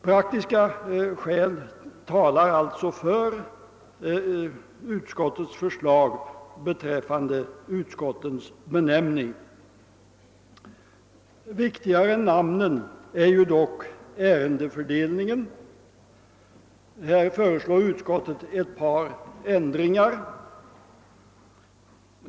Praktiska skäl talar alltså för utskottets förslag beträffande utskottens Viktigare än namnen är dock ärendefördelningen, och härvidlag föreslår utskottet ett par ändringar.